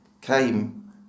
Came